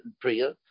priya